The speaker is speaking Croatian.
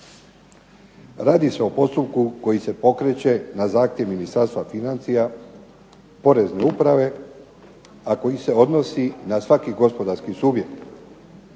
Radi se o postupku koji se pokreće na zahtjev Ministarstva financija, Porezne uprave, a koji se odnosi na svaki gospodarski subjekt